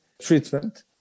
treatment